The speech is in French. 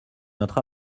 notre